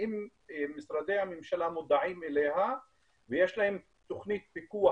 האם משרדי הממשלה מודעים אליה ויש להם תוכנית פיקוח